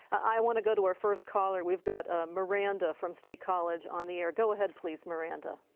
i want to go to our first caller. we've got miranda from state college on the air. go ahead please miranda.